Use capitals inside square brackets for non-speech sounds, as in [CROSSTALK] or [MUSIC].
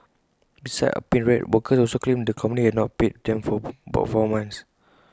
besides unpaid rent workers also claimed the company had not paid them for [NOISE] about four months